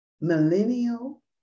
Millennial